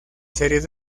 series